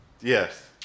Yes